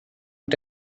und